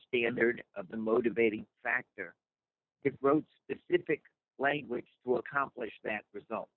standard of the motivating factor wrote specific language to accomplish that result